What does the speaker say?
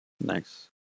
Nice